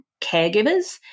caregivers